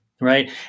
Right